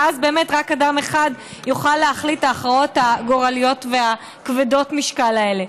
ואז רק אדם אחד יוכל להחליט את ההכרעות הגורליות וכבדות המשקל האלה.